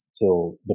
till